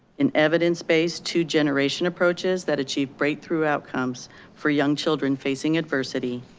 in evidence based to generation approaches that achieve breakthrough outcomes for young children facing adversity,